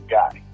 guy